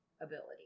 ability